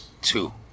two